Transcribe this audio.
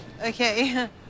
Okay